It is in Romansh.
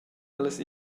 allas